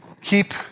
keep